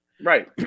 right